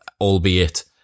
albeit